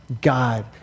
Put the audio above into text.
God